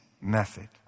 method